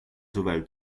suvel